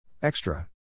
Extra